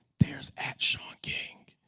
there's shaunking.